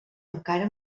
encara